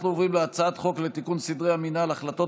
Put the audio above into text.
אנחנו עוברים להצעת חוק לתיקון סדרי המינהל (החלטות